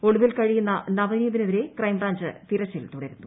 ഒളിവിൽ കഴിയുന്ന നവനീതിനെതിരെ ക്രൈംബ്രാഞ്ച് തിരച്ചിൽ തുടരുന്നു